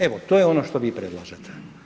Eto, to je ono što vi predlažete.